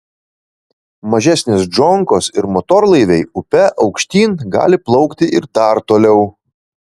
mažesnės džonkos ir motorlaiviai upe aukštyn gali plaukti ir dar toliau